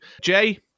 jay